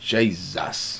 Jesus